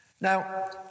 Now